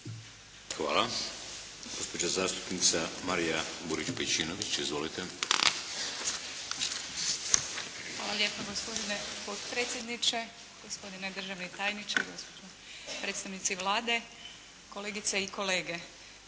Hvala. Gospođa zastupnica Marija Burić-Pejčinović. Izvolite. **Pejčinović Burić, Marija (HDZ)** Hvala lijepo gospodine potpredsjedniče. Gospodine državni tajniče, gospođo, predstavnici Vlade, kolegice i kolege.